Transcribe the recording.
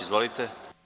Izvolite.